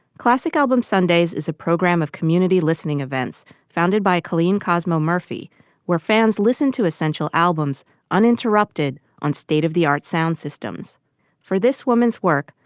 classic album sundays is a program of community listening events founded by choline kosmo murphy where fans listen to essential albums uninterrupted on state of the art sound systems for this woman's work.